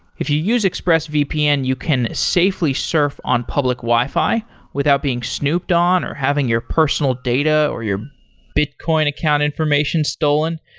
if you use expressvpn, you can safely surf on public wi-fi without being snooped on or having your personal data or your bitcoin account information stolen.